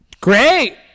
Great